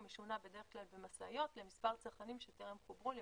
הוא משונע בדרך כלל במשאיות למספר צרכנים שטרם חוברו למערכת.